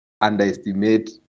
underestimate